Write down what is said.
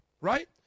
right